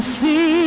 see